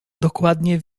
dokładnie